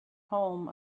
home